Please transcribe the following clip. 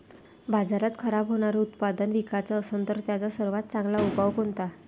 बाजारात खराब होनारं उत्पादन विकाच असन तर त्याचा सर्वात चांगला उपाव कोनता?